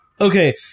Okay